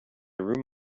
room